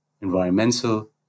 environmental